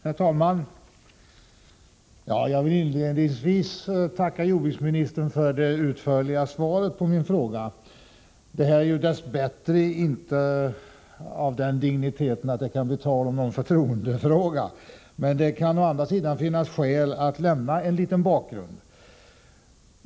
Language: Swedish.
Herr talman! Jag vill inledningsvis tacka jordbruksministern för det utförliga svaret på min fråga. Det här är ju dess bättre inte en fråga av en sådan dignitet att det kan bli tal om förtroendefråga, men det kan å andra sidan finnas skäl att lämna en liten bakgrund.